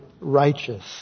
righteous